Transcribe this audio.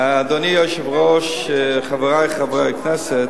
אדוני היושב-ראש, חברי חברי הכנסת,